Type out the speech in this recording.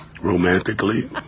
romantically